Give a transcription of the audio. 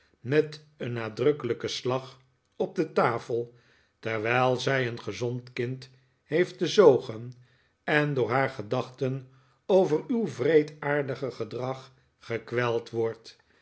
met een nadrukkelijken slag op de tafel terwijl zij een gezond kind heeft te zoogen en door haar gedachten over uw wreedaardige gedrag gekweld wordt